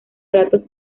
ratos